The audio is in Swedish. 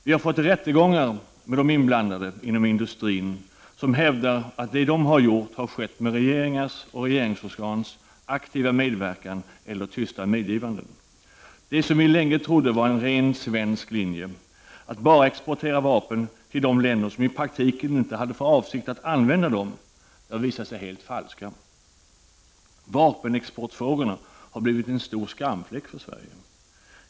Vi har fått rättegångar med de inblandade inom industrin som hävdar att det de har gjort har skett med regeringars eller regeringsorgans aktiva medverkan eller tysta medgivande. Det som vi länge trodde var ren svensk linje — att bara exportera vapen till de länder som i praktiken inte hade för avsikt att använda dem — har visat sig vara helt falskt. Vapenexportfrågorna har blivit en stor skamfläck för Sverige.